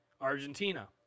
Argentina